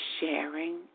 sharing